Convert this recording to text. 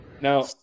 now